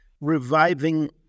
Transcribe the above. reviving